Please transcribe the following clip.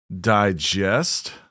digest